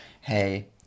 hey